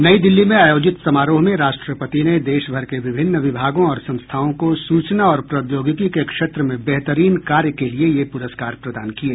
नई दिल्ली में आयोजित समारोह में राष्ट्रपति ने देश भर के विभिन्न विभागों और संस्थाओं को सूचना और प्रौद्योगिकी के क्षेत्र में बेहतरीन कार्य के लिये ये पुरस्कार प्रदान किये